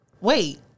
Wait